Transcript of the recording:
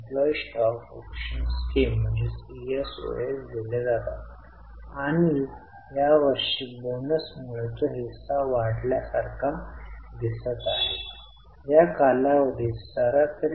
आता भांडवल कर्जदारांनी भांडवली कर्जबाजारीपणाचे प्रमाण कमी केले होते म्हणजे त्यांनी आपल्याला पैसे दिलेले आहेत हे जोडले जाते